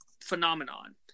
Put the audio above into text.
phenomenon